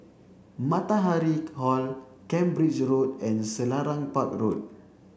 Matahari Hall Cambridge Road and Selarang Park Road